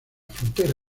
frontera